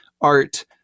art